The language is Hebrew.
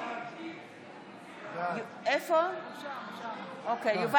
בעד קטי קטרין שטרית, בעד אלעזר שטרן, נגד יוסף